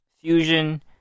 Fusion